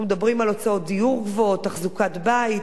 אנחנו מדברים על הוצאות דיור גבוהות, תחזוקת בית,